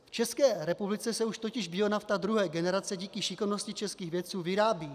V České republice se už totiž bionafta druhé generace díky šikovnosti českých vědců vyrábí.